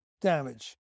damage